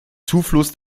zufluss